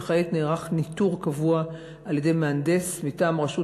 וכעת נערך ניטור קבוע על-ידי מהנדס מטעם רשות